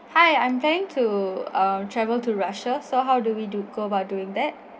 hi I intend to err travel to russia so how do we do go about doing that